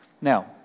Now